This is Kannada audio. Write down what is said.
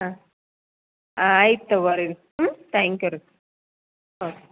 ಹಾಂ ಹಾಂ ಆಯ್ತು ತೊಗೊಳ್ರಿ ಹ್ಞೂ ತ್ಯಾಂಕ್ ಯು ರೀ ಹಾಂ